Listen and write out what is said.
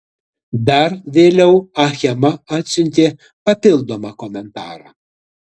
dar vėliau achema atsiuntė papildomą komentarą